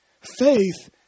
Faith